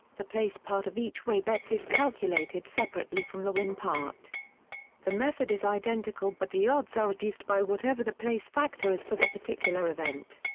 the place part of each-way bets is calculated separately from the win part the method is identical but the odds are reduced by whatever the place factor is for the particular event.